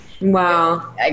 Wow